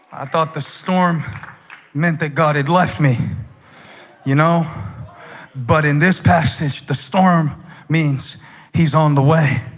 thought the storm meant that god had left me you know but in this passage the storm means he's on the way